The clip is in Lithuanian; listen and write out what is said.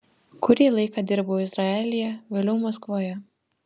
kurį laiką dirbau izraelyje vėliau maskvoje